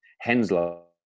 Henslow